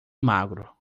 magro